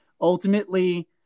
ultimately